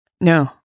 No